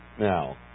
now